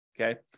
Okay